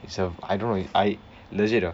it's a I don't know I legit ah